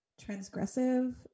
transgressive